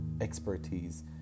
expertise